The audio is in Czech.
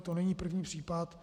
To není první případ.